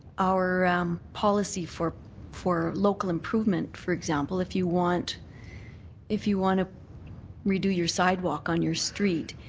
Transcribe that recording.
our um policy for for local improvement, for example, if you want if you want to redo your sidewalk on your street,